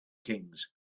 kings